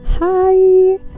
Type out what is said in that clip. hi